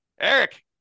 Eric